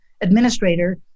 administrator